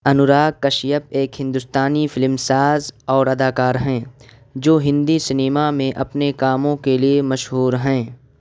انوراگ کشیپ ایک ہندوستانی فلم ساز اور اداکار ہیں جو ہندی سنیما میں اپنے کاموں کے لیے مشہور ہیں